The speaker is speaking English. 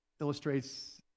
illustrates